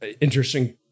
interesting